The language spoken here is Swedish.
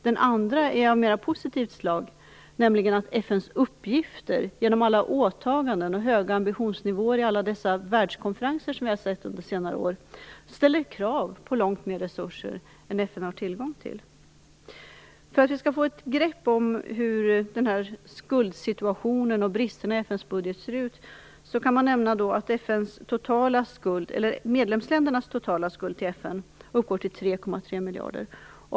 Den andra är av mera positivt slag, nämligen att FN:s uppgifter genom alla åtaganden och höga ambitionsnivåer i alla dessa världskonferenser som vi har sett under senare år ställer krav på långt mer resurser än FN har tillgång till. För att vi skall få ett grepp om hur skuldsituationen och bristerna i FN:s budget ser ut kan jag nämna att medlemsländernas totala skuld till FN uppgår till 3,3 miljarder.